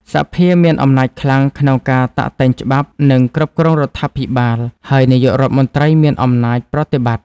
សភាមានអំណាចខ្លាំងក្នុងការតាក់តែងច្បាប់ និងគ្រប់គ្រងរដ្ឋាភិបាល ហើយ នាយករដ្ឋមន្ត្រីមានអំណាចប្រតិបត្តិ។